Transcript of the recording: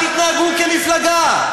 --- אבל אל תתנהגו כמפלגה.